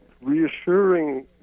reassuring